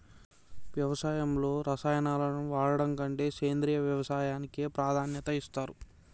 వ్యవసాయంలో రసాయనాలను వాడడం కంటే సేంద్రియ వ్యవసాయానికే ప్రాధాన్యత ఇస్తరు